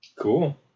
Cool